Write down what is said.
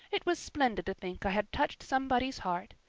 it was splendid to think i had touched somebody's heart.